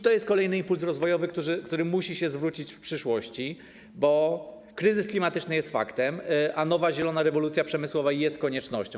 To jest kolejny impuls rozwojowy, który musi się zwrócić w przyszłości, bo kryzys klimatyczny jest faktem, a nowa zielona rewolucja przemysłowa jest koniecznością.